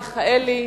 מיכאלי,